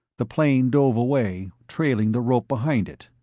the plane dove away, trailing the rope behind it.